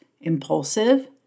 impulsive